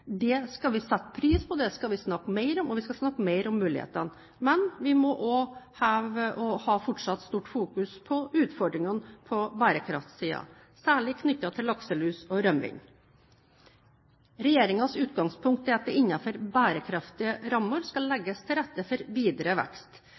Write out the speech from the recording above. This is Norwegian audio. Det skal vi sette pris på. Det skal vi snakke mer om, og vi skal snakke mer om mulighetene. Men vi må også ha fortsatt stort fokus på utfordringene på bærekraftsiden, særlig knyttet til lakselus og rømming. Regjeringens utgangspunkt er at det innenfor bærekraftige rammer skal